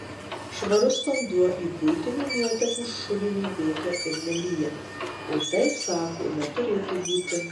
švarus vanduo į buitinių nuotekų šulinį bėga ir nelyjant o taip sako neturėtų būti